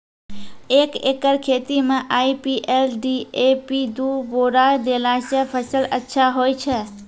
एक एकरऽ खेती मे आई.पी.एल डी.ए.पी दु बोरा देला से फ़सल अच्छा होय छै?